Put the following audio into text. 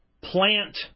plant